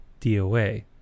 DOA